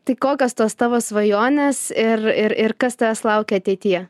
tai kokios tos tavo svajonės ir ir ir kas tavęs laukia ateityje